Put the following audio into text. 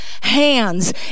hands